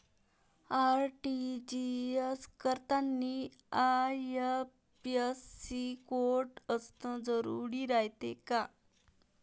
RTGS करतांनी IFSC code असन जरुरी रायते का?